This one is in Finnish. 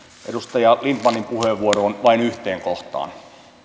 edustaja lindtmanin puheenvuoroon vain yhteen kohtaan